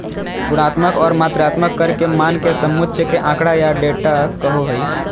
गुणात्मक और मात्रात्मक कर के मान के समुच्चय के आँकड़ा या डेटा कहो हइ